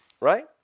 Right